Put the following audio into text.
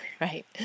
Right